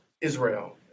Israel